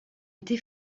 été